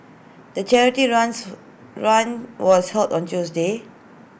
the charity runs run was held on Tuesday